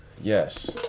Yes